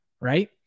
right